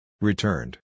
Returned